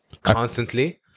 constantly